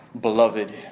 Beloved